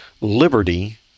Liberty